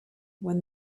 when